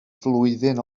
flwyddyn